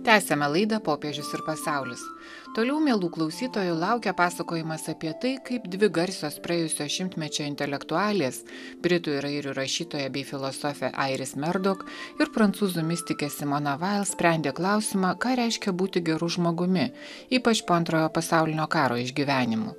tęsiame laidą popiežius ir pasaulis toliau mielų klausytojų laukia pasakojimas apie tai kaip dvi garsios praėjusio šimtmečio intelektualės britų ir airių rašytoja bei filosofė airis merdok ir prancūzų mistikė simona vails sprendė klausimą ką reiškia būti geru žmogumi ypač po antrojo pasaulinio karo išgyvenimų